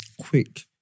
quick